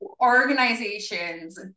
Organizations